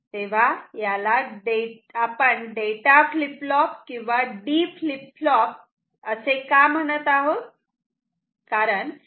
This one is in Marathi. तेव्हा याला आपण डेटा फ्लीप फ्लॉप किंवा D फ्लीप फ्लॉप असे का म्हणत आहोत